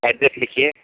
address लिखिए